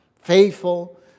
faithful